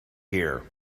here